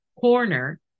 corner